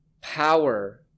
power